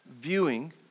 viewing